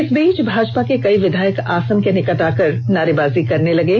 इस बीच भाजपा के कई विधायक आसन के निकट आकर नारेबाजी करने लगे